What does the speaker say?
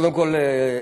קודם כול,